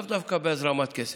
לאו דווקא בהזרמת כסף,